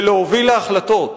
ולהוביל להחלטות.